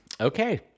okay